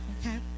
Okay